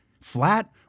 flat